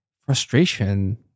frustration